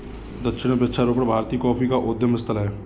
दक्षिण में वृक्षारोपण भारतीय कॉफी का उद्गम स्थल है